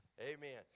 Amen